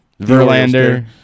Verlander